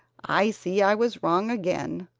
i see i was wrong again,